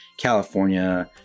California